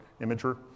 imager